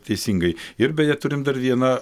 teisingai ir beje turim dar vieną